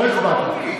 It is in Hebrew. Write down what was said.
לא הצבעת.